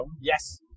Yes